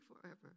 forever